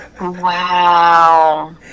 wow